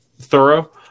thorough